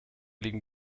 liegen